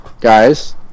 guys